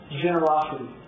generosity